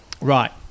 Right